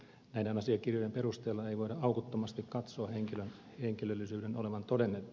näiden asiakirjojen perusteella ei voida aukottomasti katsoa henkilön henkilöllisyyden olevan todennettu